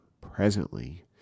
presently